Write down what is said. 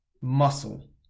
muscle